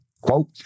Quote